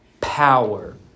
power